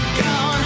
gone